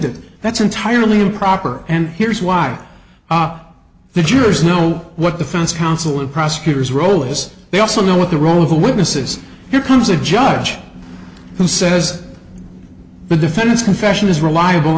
that that's entirely improper and here's why the jurors know what the fence counsel and prosecutors role is they also know what the role of the witnesses who comes a judge who says the defendant's confession is reliable